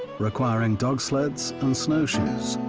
requiring dog sleds and snowshoes.